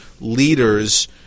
leaders